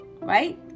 right